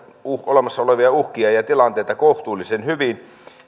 olemassa olevia uhkia ja tilanteita kohtuullisen hyvin